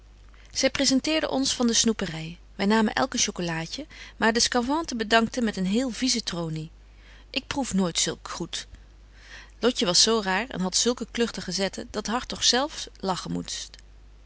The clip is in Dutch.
zy presenteerde ons van de snoepery wy namen elk een chocolaadje maar de sçavante bedankte met een hele viese tronie ik proef nooit zulk goed lotje was zo raar en hadt zulke klugtige zetten dat hartog zelf